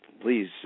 please